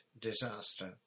disaster